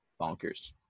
bonkers